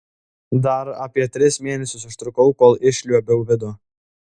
dar apie tris mėnesius užtrukau kol išliuobiau vidų